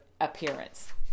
appearance